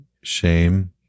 shame